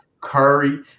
Curry